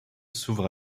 s’ouvre